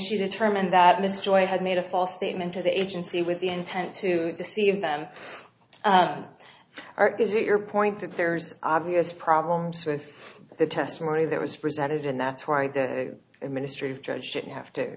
she determined that mr joyce had made a false statement to the agency with the intent to deceive them or is it your point that there's obvious problems with the testimony that was presented and that's why the administrative judge didn't have to